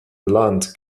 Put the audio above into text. land